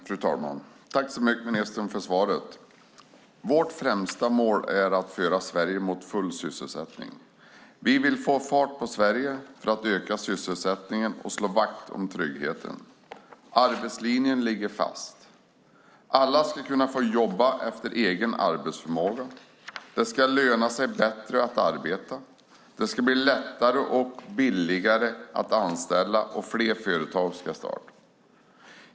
Fru talman! Tack så mycket, ministern, för svaret! Vårt främsta mål är att föra Sverige mot full sysselsättning. Vi vill få fart på Sverige för att öka sysselsättningen och slå vakt om tryggheten. Arbetslinjen ligger fast. Alla ska kunna få jobba efter egen arbetsförmåga. Det ska löna sig bättre att arbeta. Det ska bli lättare och billigare att anställa, och fler företag ska starta.